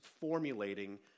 formulating